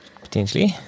Potentially